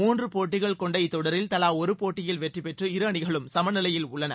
மூன்று போட்டிகள் கொண்ட இத்தொடரில் தவா ஒரு போட்டிகளில் வெற்றி பெற்று இரு அணிகளும் சம நிலையில் உள்ளன